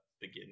begin